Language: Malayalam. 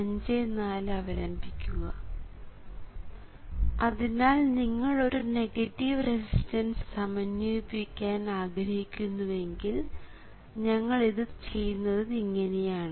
അതിനാൽ നിങ്ങൾ ഒരു നെഗറ്റീവ് റെസിസ്റ്റൻസ് സമന്വയിപ്പിക്കാൻ ആഗ്രഹിക്കുന്നുവെങ്കിൽ ഞങ്ങൾ ഇത് ചെയ്യുന്നത് ഇങ്ങനെയാണ്